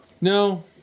No